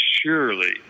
surely